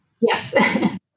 Yes